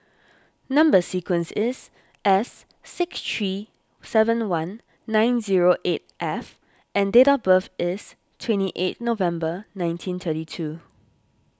Number Sequence is S six three seven one nine zero eight F and date of birth is twenty eight November nineteen thirty two